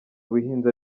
ubuhinzi